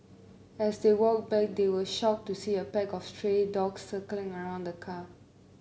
as they walked back they were shocked to see a pack of stray dogs circling around the car